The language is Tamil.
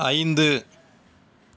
ஐந்து